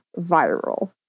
viral